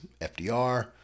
FDR